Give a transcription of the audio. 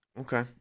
Okay